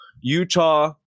Utah